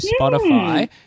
Spotify